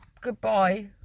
Goodbye